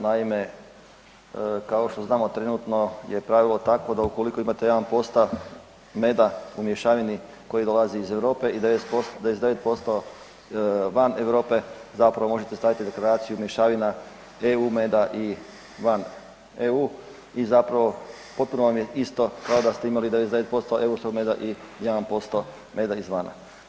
Naime, kao što znamo trenutno je pravilo takvo da ukoliko imate jedan posto meda u mješavini koji dolazi iz Europe i 99% van Europe zapravo možete staviti deklaraciju mješavina EU meda i van EU i zapravo potpuno vam je isto kao da ste imali 99% europskog meda i 1% meda izvana.